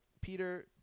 Peter